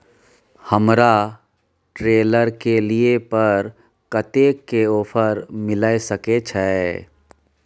हमरा ट्रेलर के लिए पर कतेक के ऑफर मिलय सके छै?